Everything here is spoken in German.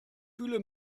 fühle